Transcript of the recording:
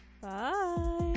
Bye